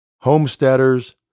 homesteaders